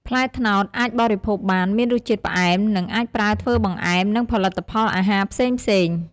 ផ្លែត្នោតអាចបរិភោគបាន មានរសជាតិផ្អែម និងអាចប្រើធ្វើបង្អែម និងផលិតផលអាហារផ្សេងៗ។